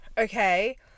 Okay